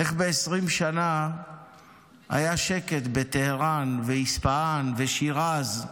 איך 20 שנה היה שקט בטהרן ואספהאן ושיראז,